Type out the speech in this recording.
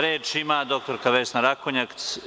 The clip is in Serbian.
Reč ima dr Vesna Rakonjac.